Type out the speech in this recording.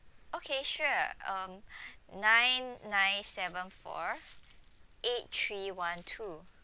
okay sure um nine nine seven four eight three one two